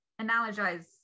analogize